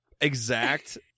Exact